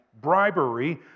bribery